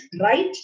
right